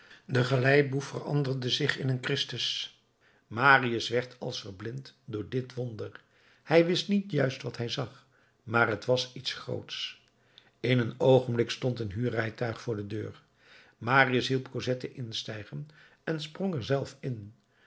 de galeiboef veranderde zich in een christus marius werd als verblind door dit wonder hij wist niet juist wat hij zag maar t was iets grootsch in een oogenblik stond een huurrijtuig voor de deur marius hielp cosette instijgen en sprong er zelf in